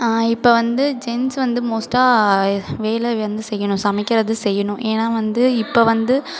இப்போ வந்து ஜென்ஸ் வந்து மோஸ்ட்டாக வேலை வந்து செய்யணும் சமைக்கிறது செய்யணும் ஏன்னா வந்து இப்போது வந்து